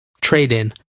Trade-in